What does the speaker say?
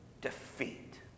defeat